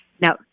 now